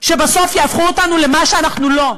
שבסוף יהפכו אותנו למה שאנחנו לא.